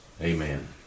Amen